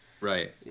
Right